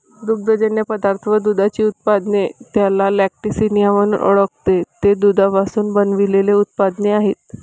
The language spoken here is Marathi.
दुग्धजन्य पदार्थ व दुधाची उत्पादने, ज्याला लॅक्टिसिनिया म्हणून ओळखते, ते दुधापासून बनविलेले उत्पादने आहेत